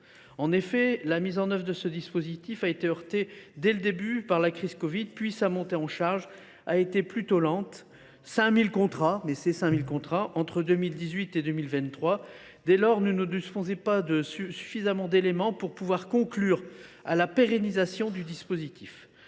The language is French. En effet, la mise en œuvre de ce dispositif a été contrariée, dès le début, par la crise de la covid 19, puis sa montée en charge a été plutôt lente ; on parle de 5 000 contrats conclus entre 2018 et 2023. Dès lors, nous ne disposons pas de suffisamment d’éléments pour conclure à la pérennisation du dispositif.